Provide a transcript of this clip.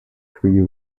three